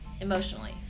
emotionally